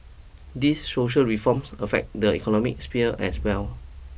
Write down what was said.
these social reforms affect the economic sphere as well